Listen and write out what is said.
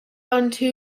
unto